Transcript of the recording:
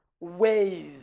ways